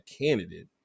candidate